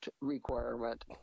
requirement